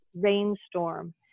rainstorm